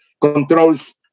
controls